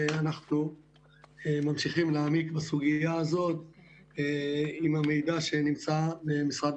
ואנחנו ממשיכים להעמיק בסוגייה הזו עם המידע שנמצא במשרד